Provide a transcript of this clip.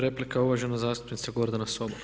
Replika, uvažena zastupnica Gordana Sobol.